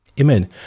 Amen